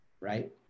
right